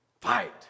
fight